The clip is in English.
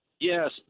Yes